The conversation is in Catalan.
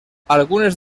algunes